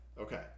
okay